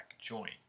joint